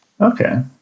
Okay